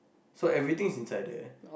so everything is inside there